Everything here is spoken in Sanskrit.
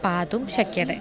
पातुं शक्यते